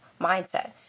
mindset